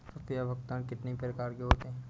रुपया भुगतान कितनी प्रकार के होते हैं?